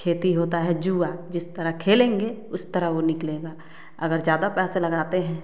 खेती होता हैं जुआ जिस तरह खेलेंगे उस तरह वो निकलेगा अगर ज़्यादा पैसा लगाते हैं